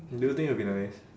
do you think it'll be nice